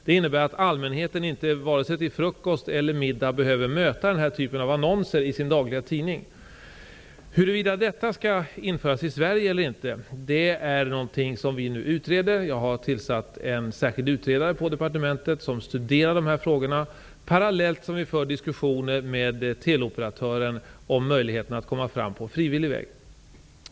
Det innebär att allmänheten varken till frukost eller middag behöver möta den här typen av annonser i sin dagliga tidning. Huruvida detta skall införas i Sverige eller inte är någonting som vi nu utreder. Jag har tillsatt en särskild utredare på departementet som skall studera dessa frågor parallellt som vi för diskussioner med teleoperatören om möjligheten att komma fram på frivillig väg.